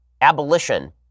abolition